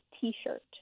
T-shirt